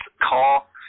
call